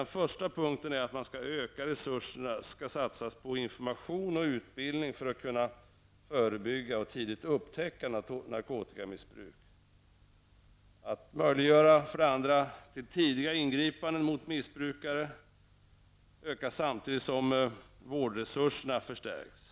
Den första punkten gäller att ökade resurser skall satsas på information och utbildning för att kunna förebygga och tidigt upptäcka narkotikamissbruk. För det andra att möjliggöra tidiga ingripanden mot missbrukare samtidigt som vårdresurserna förstärks.